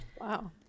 Wow